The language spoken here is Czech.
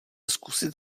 zkusit